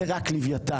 זה רק לווייתן.